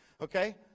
okay